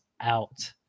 out